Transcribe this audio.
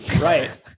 Right